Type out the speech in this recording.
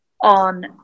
on